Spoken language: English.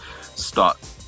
start